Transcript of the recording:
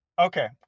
Okay